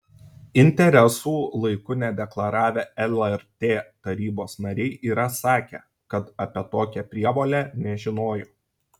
interesų laiku nedeklaravę lrt tarybos nariai yra sakę kad apie tokią prievolę nežinojo